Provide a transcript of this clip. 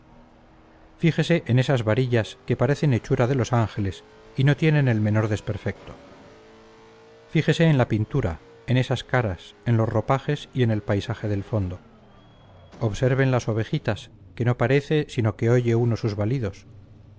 fíjense en esas varillas que parecen hechura de los ángeles y no tienen el menor desperfecto fíjense en la pintura en esas caras en los ropajes y en el paisaje del fondo observen las ovejitas que no parece sino que oye uno sus balidos